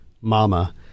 Mama